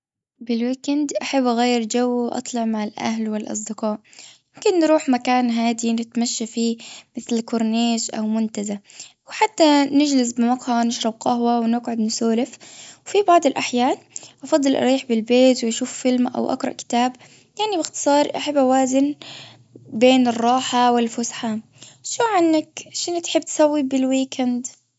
بالويك اند بحب أغير جو وأطلع مع الأهل والأصدقاء.ممكن نروح مكان هادي نتمشى فيه مثل الكورنيش أو المنتزه. وحتى نجلس بطعم ونشرب قهوة ونقعد نسولف. في بعض الأحيان أفضل أريح بالبيت واشوف فيلم أو أقرأ كتاب يعني بإختصار أحب أوازن بين الراحة والفسحة. شو عنك شي بتحب تسوي بالويك اند.